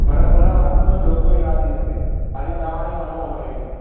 मतलबु हुन बाथरूम में ॿियों कोई न अची सघे ख़ाली तव्हां ई वञो हुन में हीअं